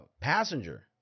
passenger